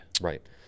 Right